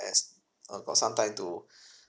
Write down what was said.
as uh got some time to